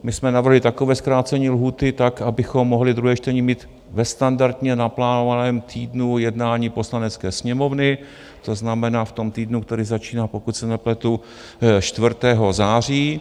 My jsme navrhli takové zkrácení lhůty tak, abychom mohli druhé čtení mít ve standardně naplánovaném týdnu jednání Poslanecké sněmovny, to znamená v tom týdnu, který začíná, pokud se nepletu 4. září.